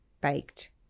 baked